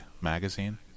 magazine